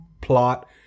plot